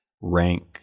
rank